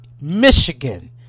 Michigan